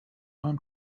own